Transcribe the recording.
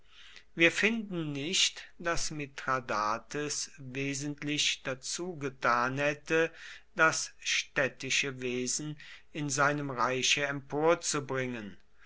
wir finden nicht daß mithradates wesentlich dazu getan hätte das städtische wesen in seinem reiche emporzubringen